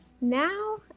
now